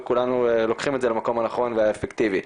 וכולנו לוקחים את זה למקום הנכון והאפקטיבי.